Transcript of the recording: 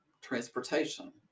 transportation